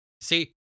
See